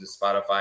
Spotify